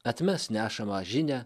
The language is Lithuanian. atmes nešamą žinią